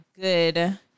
good